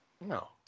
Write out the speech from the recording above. No